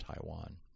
Taiwan